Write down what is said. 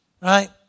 right